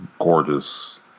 gorgeous